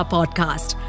Podcast